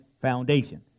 foundation